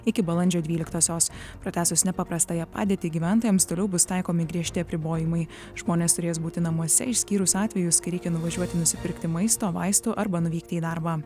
iki balandžio dvyliktosios pratęsus nepaprastąją padėtį gyventojams toliau bus taikomi griežti apribojimai žmonės turės būti namuose išskyrus atvejus kai reikia nuvažiuoti nusipirkti maisto vaistų arba nuvykti į darbą